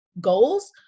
goals